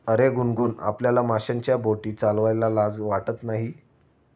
अरे गुनगुन, आपल्याला माशांच्या बोटी चालवायला लाज वाटत नाही